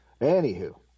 Anywho